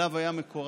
שאליו היה מקורב,